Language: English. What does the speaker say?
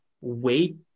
wait